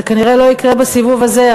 זה כנראה לא יקרה בסיבוב הזה,